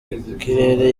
ikirere